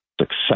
success